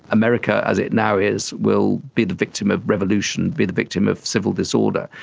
america as it now is will be the victim of revolution, be the victim of civil disorder.